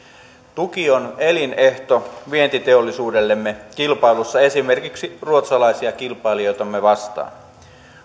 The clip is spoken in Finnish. tuki on elinehto vientiteollisuudellemme kilpailussa esimerkiksi ruotsalaisia kilpailijoitamme vastaan